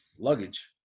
luggage